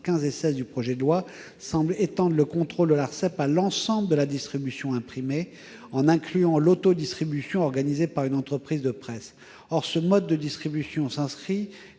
15 et 16 semble étendre le contrôle de l'Arcep à l'ensemble de la distribution imprimée, en incluant l'auto-distribution organisée par une entreprise de presse. Or ce mode de distribution s'inscrit,